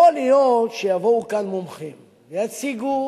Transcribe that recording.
יכול להיות שיבואו כאן מומחים ויציגו